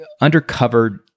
undercover